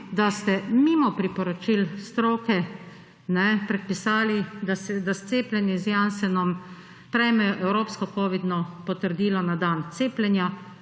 da ste mimo priporočil stroke predpisali, da cepljenje z Janssenom prejme evropsko covidno potrdilo na dan cepljenja,